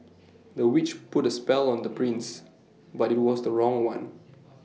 the witch put A spell on the prince but IT was the wrong one